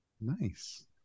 nice